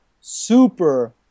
super